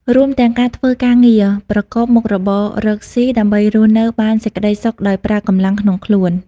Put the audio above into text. រួមទាំងកាធ្វើការរងារ ប្រកបមុខរបរកស៊ី ដើម្បីរស់នៅបានសេចក្ដីសុខដោយប្រើកម្លាំងក្នុងខ្លួន។